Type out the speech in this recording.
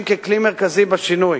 לשכה.